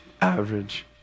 average